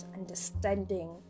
understanding